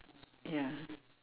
ya